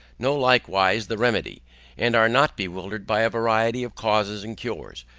know likewise the remedy, and are not bewildered by a variety of causes and cures.